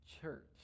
Church